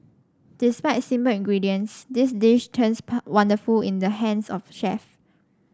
despite simple ingredients this dish turns wonderful in the hands of chef